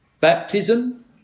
Baptism